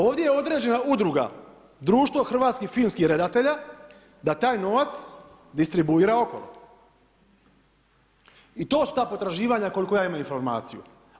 Ovdje je određena udruga, društvo Hrvatskih filmskih redatelja da taj novac distribuira okolo i to su ta potraživanja koliko ja imam informaciju.